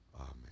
Amen